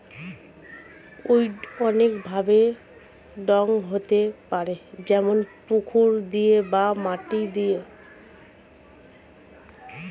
weed অনেক ভাবে ভঙ্গ হতে পারে যেমন পুকুর দিয়ে বা মাটি দিয়ে